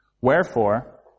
Wherefore